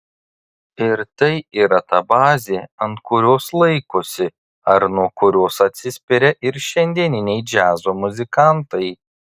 ir tai yra ta bazė ant kurios laikosi ar nuo kurios atsispiria ir šiandieniniai džiazo muzikantai